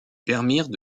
permirent